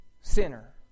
sinner